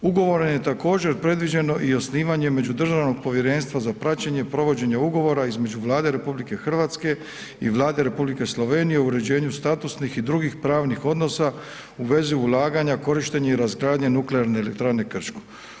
Ugovorom je također predviđeno i osnivanje Međudržavnog povjerenstva za praćenje, provođenje ugovora između Vlade RH i Vlade Republike Slovenije u uređenju statusnih i drugih pravnih odnosa u vezi ulaganja, korištenja i razgradnje Nuklearne elektrane Krško.